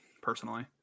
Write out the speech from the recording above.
personally